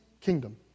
kingdom